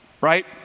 Right